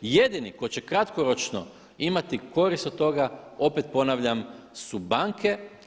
I jedini ko će kratkoročno imati korist od toga opet ponavljam su banke.